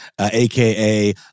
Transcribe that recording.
aka